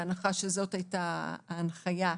בהנחה שזאת הייתה ההנחיה,